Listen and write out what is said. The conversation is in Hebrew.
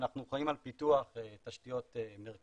אנחנו אחראים על פיתוח תשתיות מרכזיות,